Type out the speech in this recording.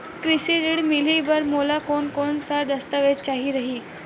कृषि ऋण मिलही बर मोला कोन कोन स दस्तावेज चाही रही?